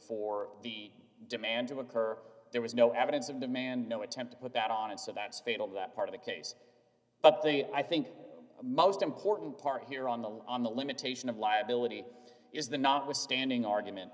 for the demand to occur there was no evidence of demand no attempt to put that on and so that's fatal that part of the case but the i think most important part here on the on the limitation of liability is the notwithstanding argument